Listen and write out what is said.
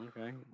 Okay